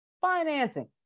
financing